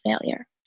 failure